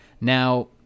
now